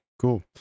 cool